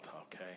Okay